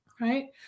right